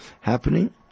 happening